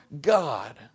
God